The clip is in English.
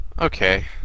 Okay